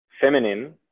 feminine